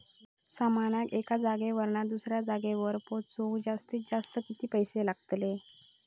सामानाक एका जागेवरना दुसऱ्या जागेवर पोचवूक जास्तीत जास्त किती पैशे लागतले?